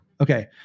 Okay